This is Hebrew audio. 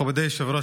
מכובדי היושב-ראש,